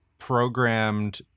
programmed